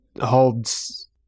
holds